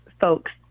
folks